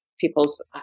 people's